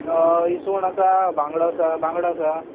इसवण आसा बांगडो आसा बांगडो आसा